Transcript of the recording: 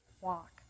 walk